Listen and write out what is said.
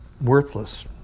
worthless